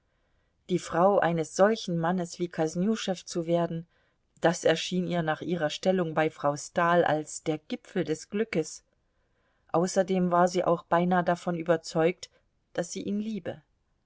die frau eines solchen mannes wie kosnüschew zu werden das erschien ihr nach ihrer stellung bei frau stahl als der gipfel des glückes außerdem war sie auch beinah davon überzeugt daß sie ihn liebe